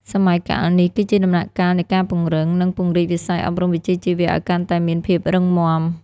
សម័យកាលនេះគឺជាដំណាក់កាលនៃការពង្រឹង និងពង្រីកវិស័យអប់រំវិជ្ជាជីវៈឱ្យកាន់តែមានភាពរឹងមាំ។